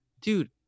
dude